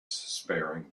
sparing